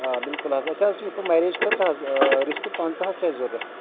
آ بِلکُل حظ أسۍ حظ چھِ یِتھ پٲٹھۍ میریج خٲطرٕ حظ رِستہٕ پنٛژاہ حظ چھِ اَسہِ ضوٚرَتھ